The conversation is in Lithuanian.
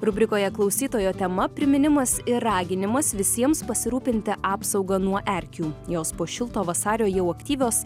rubrikoje klausytojo tema priminimas ir raginimas visiems pasirūpinti apsauga nuo erkių jos po šilto vasario jau aktyvios